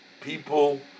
people